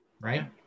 Right